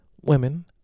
women